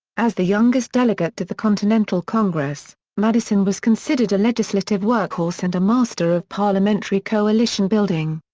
as the youngest delegate to the continental congress, madison was considered a legislative workhorse and a master of parliamentary coalition building.